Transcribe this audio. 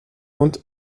und